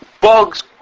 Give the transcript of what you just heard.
bugs